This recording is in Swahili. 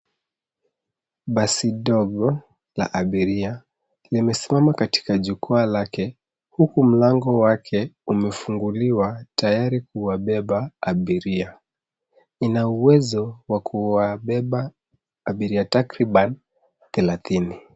Basi dogo la abiria limesimama kwenye jukwa lake huku mlango wake umefunguliwa tayari kuwabeba abiria. Ina uwezo wa kuwabeba abiria takriban thelathini.